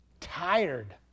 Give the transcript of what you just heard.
tired